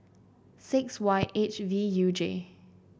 six Y H V U J